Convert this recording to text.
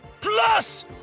Plus